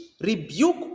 rebuke